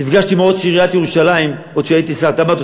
נפגשתי עם ראש עיריית ירושלים עוד כשהייתי שר התמ"ת,